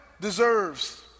deserves